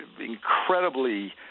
incredibly